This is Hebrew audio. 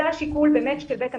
זה היה שיקול של בית המשפט.